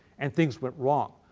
and things went wrong.